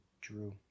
drew